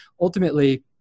ultimately